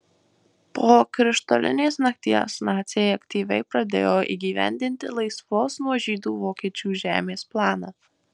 po krištolinės nakties naciai aktyviai pradėjo įgyvendinti laisvos nuo žydų vokiečių žemės planą